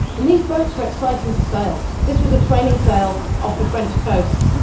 and these boats were exciting to sail. this was a training sail off the french coast.